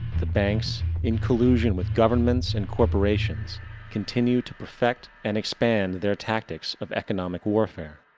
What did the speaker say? the banks in collusion with governments and corporations continue to perfect and expand their tactics of economic warfare,